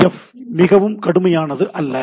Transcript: F மிகவும் கடுமையானது அல்ல